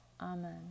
Amen